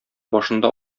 башында